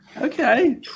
Okay